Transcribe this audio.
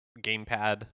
gamepad